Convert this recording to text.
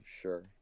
sure